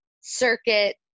circuit